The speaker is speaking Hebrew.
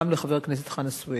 גם לחבר הכנסת חנא סוייד,